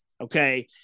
okay